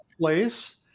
place